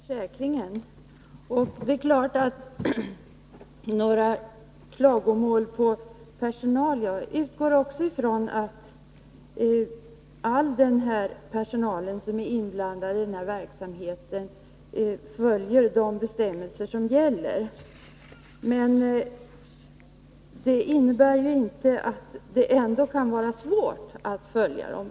Herr talman! Jag tackar för denna försäkran. Det är klart att jag inte har några klagomål på personalen. Jag utgår från att den personal som är inblandad i denna verksamhet följer de bestämmelser som gäller. Men det kan ändå vara svårt att följa dem.